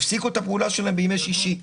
הפסיקו את הפעולה שלהם בימי שישי.